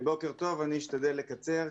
בוקר טוב, אני אשתדל לקצר.